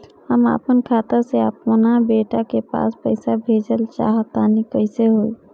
हम आपन खाता से आपन बेटा के पास पईसा भेजल चाह तानि कइसे होई?